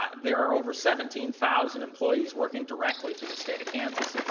ah there are over seventeen thousand employees working directly for the state of kansas.